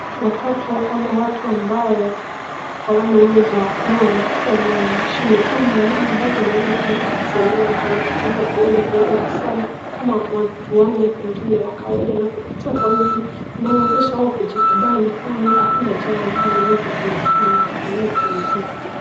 Watoto ama watu ambao hawana uwezo wa kuona wana shule zao maalum ambazo wanaeza kusomea na wanatumia braille kuweza kusoma kama watu wale wengine wa kawaida zinawawezesha wao kujikubali kwani hakuna jambo ambalo hawawezi wakalifanya kwa kutumia braille hizi.